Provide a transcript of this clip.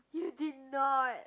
you did not